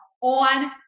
on